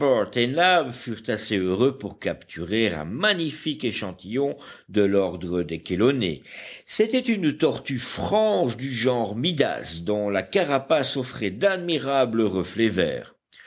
assez heureux pour capturer un magnifique échantillon de l'ordre des chélonées c'était une tortue franche du genre mydase dont la carapace offrait d'admirables reflets verts